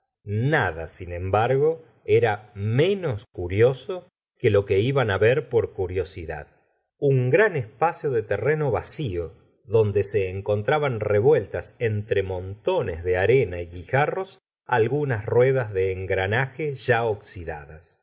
nada sin embargo era menos curioso que lo que iban ver por curiosidad un gran espacio de terreno vacío donde se encontraban revueltas entre gustavo flaubert montones de arena y guijarros algunas ruedas de engranaje ya oxidadas se